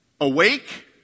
awake